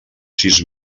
sis